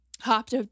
hopped